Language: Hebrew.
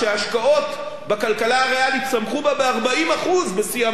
בכלכלה הריאלית צמחו בה ב-40% בשיא המשבר,